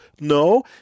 No